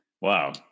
Wow